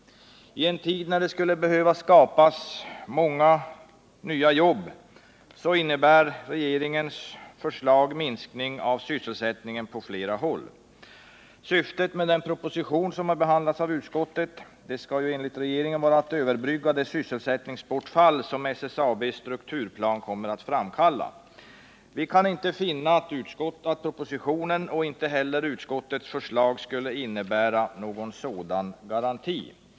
I en tid när det skulle behöva skapas många nya jobb innebär regeringens förslag minskningar av sysselsättningen på flera orter. Syftet med den proposition som behandlats av utskottet skall enligt regeringen vara att överbrygga det sysselsättningsbortfall som SSAB:s strukturplan kommer att framkalla. Vi kan inte finna att propositionens, och inte heller utskottets, förslag skulle kunna innebära någon sådan garanti.